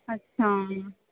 अच्छा